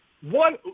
one –